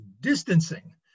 distancing